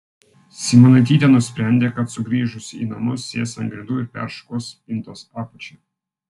simonaitytė nusprendė kad sugrįžusi į namus sės ant grindų ir peršukuos spintos apačią